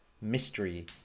mystery